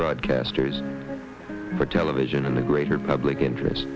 broadcasters for television in the greater public interest